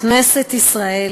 כנסת ישראל